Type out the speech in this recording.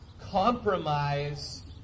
compromise